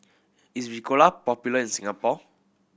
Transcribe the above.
is Ricola popular in Singapore